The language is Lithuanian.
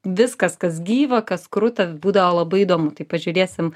viskas kas gyva kas kruta būdavo labai įdomu tai pažiūrėsim